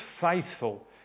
faithful